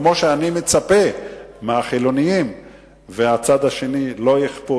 כמו שאני מצפה מהחילונים והצד השני שלא יכפו